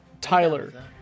Tyler